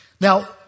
Now